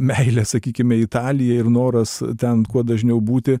meilė sakykime italija ir noras ten kuo dažniau būti